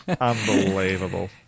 Unbelievable